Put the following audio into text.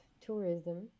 tourism